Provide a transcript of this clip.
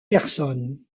personnes